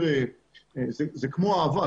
זה כמו אהבה,